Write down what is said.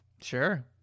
Sure